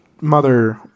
mother